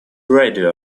radio